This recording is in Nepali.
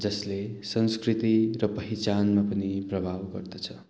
जसले संस्कृति र पहिचानमा पनि प्रभाव गर्दछ